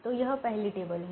तो यह पहली टेबल है